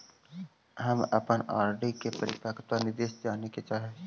हम अपन आर.डी के परिपक्वता निर्देश जाने के चाह ही